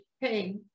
hey